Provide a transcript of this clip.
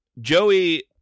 Joey